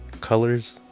colors